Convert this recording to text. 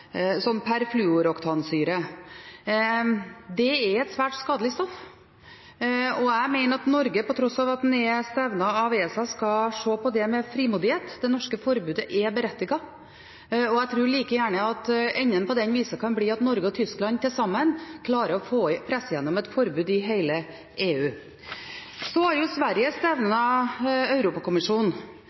mot perfluoroktansyre. Det er et svært skadelig stoff, og jeg mener at Norge, på tross av at en er stevnet av ESA, skal se på det med frimodighet. Det norske forbudet er berettiget. Jeg tror like gjerne at enden på den visa kan bli at Norge og Tyskland sammen klarer å presse gjennom et forbud i hele EU. Så har Sverige stevnet Europakommisjonen